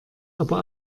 aber